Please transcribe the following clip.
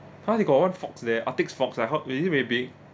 !huh! they got one fox there articts fox like ha really very big